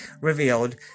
revealed